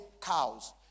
cows